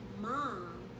mom